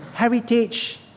heritage